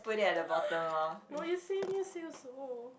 no you say you need to say also